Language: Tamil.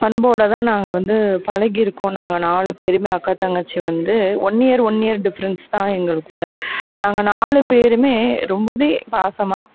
பண்போடுதான் நாங்கள் வந்து பழகியிருக்கோம் நாங்கள் நாலு பேருமே அக்கா தங்கச்சி வந்து one year one year difference தான் எங்களுக்குள்ளே நாங்கள் நாலு பேருமே ரொம்ப பாசமாக